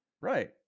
right